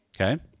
Okay